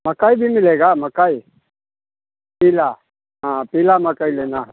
मकई भी मिलेगा मकई पीला हाँ पीला मकई लेना है